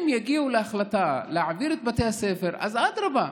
אם יגיעו להחלטה להעביר את בתי הספר, אדרבה.